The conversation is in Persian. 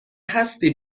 هستی